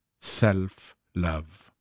self-love